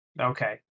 Okay